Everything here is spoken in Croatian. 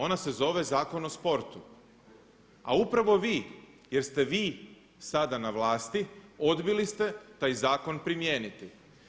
Ona se zove Zakon o sportu, a upravo vi, jer ste vi sada na vlasti odbili ste taj zakon primijeniti.